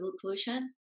pollution